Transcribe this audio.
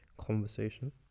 conversation